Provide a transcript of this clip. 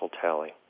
tally